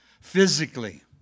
physically